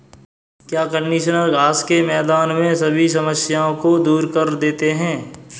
क्या कंडीशनर घास के मैदान में सभी समस्याओं को दूर कर देते हैं?